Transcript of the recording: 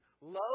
love